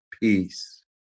peace